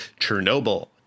Chernobyl